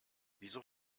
wieso